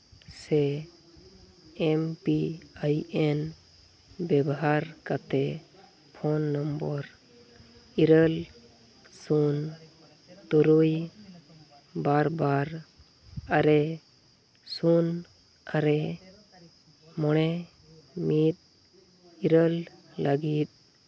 ᱥᱮ M P I N ᱵᱮᱵᱷᱟᱨ ᱠᱟᱛᱮᱫ ᱯᱷᱳᱱ ᱱᱚᱢᱵᱚᱨ ᱤᱨᱟᱹᱞ ᱥᱩᱱ ᱛᱩᱨᱩᱭ ᱵᱟᱨ ᱵᱟᱨ ᱟᱨᱮ ᱥᱩᱱ ᱟᱨᱮ ᱢᱚᱬᱮ ᱢᱤᱫ ᱤᱨᱟᱹᱞ ᱞᱟᱹᱜᱤᱫ